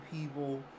people